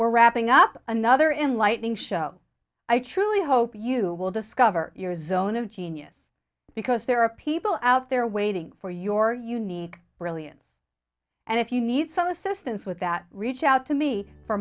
we're wrapping up another enlightening show i truly hope you will discover your zone of genius because there are people out there waiting for your unique brilliance and if you need some assistance with that reach out to me